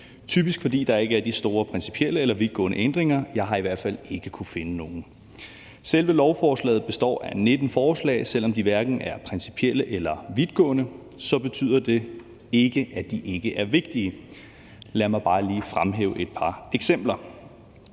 typisk, fordi der ikke er de store principielle eller vidtgående ændringer; jeg har i hvert fald ikke kunnet finde nogen. Selve lovforslaget består af 19 ændringer, og selv om de hverken er principielle eller vidtgående, betyder det ikke, at de ikke er vigtige. Lad mig bare lige fremhæve et par eksempler.